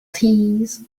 teas